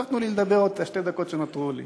עכשיו תנו לי לדבר את שתי הדקות שנותרו לי.